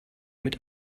mit